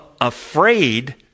afraid